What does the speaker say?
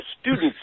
student's